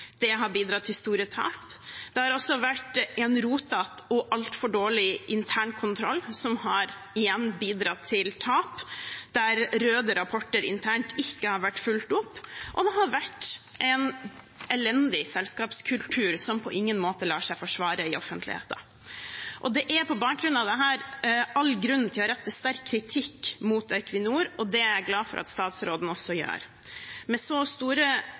Det har bidratt til store tap. Det har også vært en rotete og altfor dårlig internkontroll, som igjen har bidratt til tap, der røde rapporter internt ikke har vært fulgt opp, og det har vært en elendig selskapskultur, som på ingen måte lar seg forsvare i offentligheten. Det er på bakgrunn av dette all grunn til å rette sterk kritikk mot Equinor, og det er jeg glad for at statsråden også gjør. Med så store